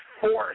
force